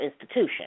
institution